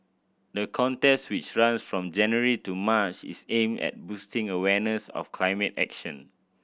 the contest which runs from January to March is aimed at boosting awareness of climate action